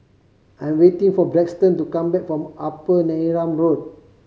I'm waiting for Braxton to come back from Upper Neram Road